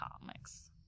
comics